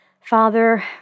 Father